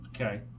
Okay